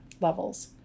levels